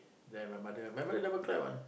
then my mother my mother never cry one